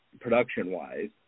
production-wise